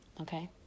okay